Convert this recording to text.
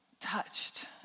touched